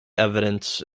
evidence